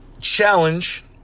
challenge